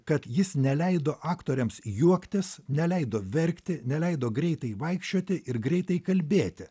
kad jis neleido aktoriams juoktis neleido verkti neleido greitai vaikščioti ir greitai kalbėti